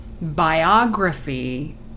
biography